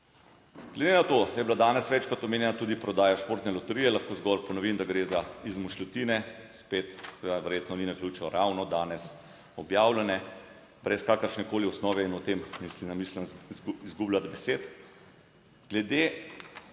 Glede na to, da je bila danes večkrat omenjena tudi prodaja Športne loterije, lahko zgolj ponovim, da gre za izmišljotine, spet seveda verjetno ni naključje, ravno danes objavljene brez kakršnekoli osnove in o tem mislim ne mislim izgubljati besed. Glede